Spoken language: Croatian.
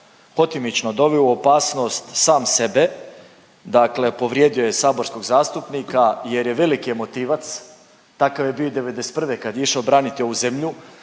hotimično doveo u opasnost sam sebe, dakle povrijedio je saborskog zastupnika jer je veliki emotivac. Takav je bio i '91. kad je išao braniti ovu zemlju,